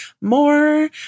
more